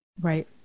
Right